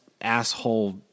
asshole